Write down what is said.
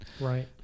Right